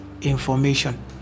information